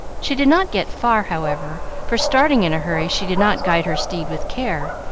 she did not get far, however for, starting in a hurry, she did not guide her steed with care,